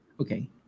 okay